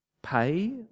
Pay